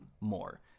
more